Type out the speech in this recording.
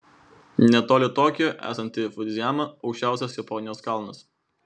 netoli tokijo esanti fudzijama aukščiausias japonijos kalnas